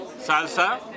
Salsa